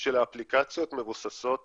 של האפליקציות מבוססות